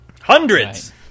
Hundreds